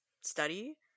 study